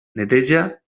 neteja